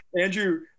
Andrew